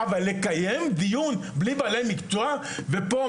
אבל לקיים דיון בלי בעלי מקצוע כאשר השר